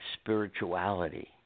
spirituality